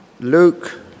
Luke